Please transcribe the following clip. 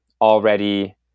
already